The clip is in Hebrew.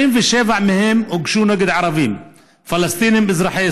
77 מהם הוגשו נגד ערבים פלסטינים אזרחי